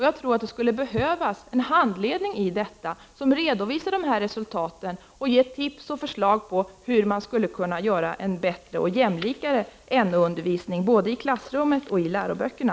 Jag tror att det skulle behövas en handledning som redovisar dessa resultat och ger tips och förslag till hur man skulle kunna ge en bättre och jämlikare NO-undervisning både i klassrummet och i läroböckerna.